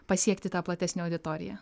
pasiekti tą platesnę auditoriją